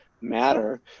matter